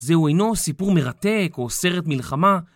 זהו אינו סיפור מרתק או סרט מלחמה